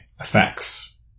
effects